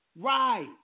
Right